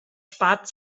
spart